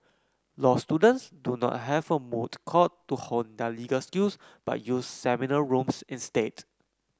law students do not have a moot court to hone their legal skills but use seminar rooms instead